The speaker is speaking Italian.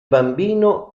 bambino